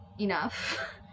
enough